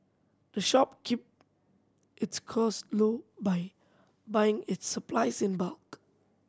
the shop keep its close low by buying its supplies in bulk